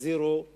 יחזירו לסוריה,